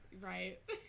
right